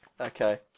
Okay